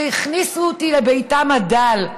שהכניסו אותי לביתם הדל,